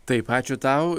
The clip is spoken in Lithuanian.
taip ačiū tau